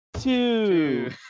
two